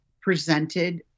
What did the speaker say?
presented